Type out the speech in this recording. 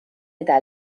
eta